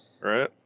right